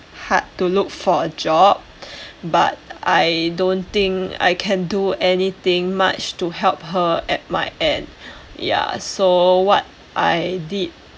hard to look for a job but I don't think I can do anything much to help her at my end ya so what I did